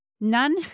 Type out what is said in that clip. None